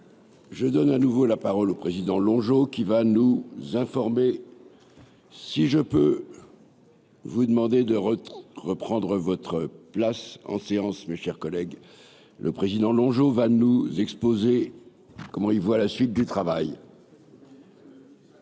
Je donne à nouveau la parole au président Longeau qui va nous informer si je peux. Vous demander de reprendre votre place en séance, mes chers collègues, le président Longeau va nous exposer comment il voit la suite du travail.